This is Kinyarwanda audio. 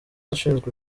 ushinzwe